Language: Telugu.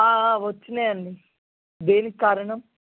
వచ్చినాయి అండి దేనికి కారణం